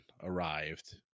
arrived